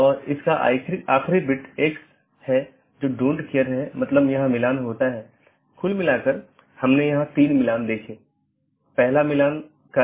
तो मुख्य रूप से ऑटॉनमस सिस्टम मल्टी होम हैं या पारगमन स्टब उन परिदृश्यों का एक विशेष मामला है